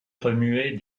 remuer